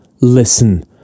Listen